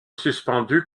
suspendue